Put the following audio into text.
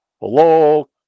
Hello